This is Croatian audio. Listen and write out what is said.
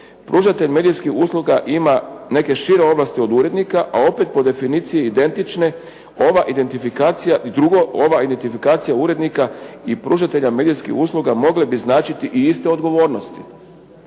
pružatelj medijskih usluga ima neke šire ovlasti od urednika a opet po definiciji identične, ova identifikacija urednika i pružatelja medijskih usluga mogle bi značiti i iste odgovornost.